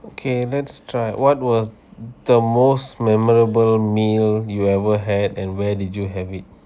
okay let's try what was the most memorable meal you ever had and where did you have it